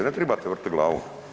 Ne trebate vrtiti glavom.